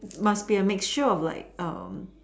must be a mixture of like um